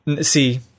see